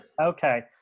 Okay